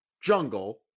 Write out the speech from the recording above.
Jungle